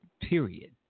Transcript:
period